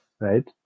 Right